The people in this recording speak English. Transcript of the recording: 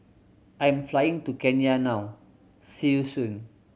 I'm flying to Kenya now see you soon